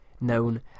known